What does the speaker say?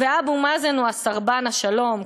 ואבו מאזן הוא סרבן השלום,